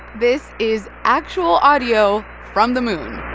this is actual audio from the moon